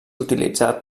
utilitzat